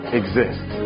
exist